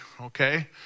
okay